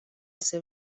seu